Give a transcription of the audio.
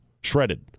shredded